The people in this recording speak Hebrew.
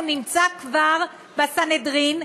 הוא נמצא כבר ב"סנהדרין",